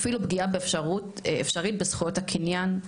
אפילו פגיעה אפשרית בזכויות הקניין,